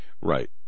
Right